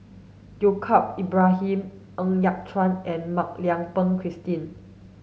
Yaacob Ibrahim Ng Yat Chuan and Mak Lai Peng Christine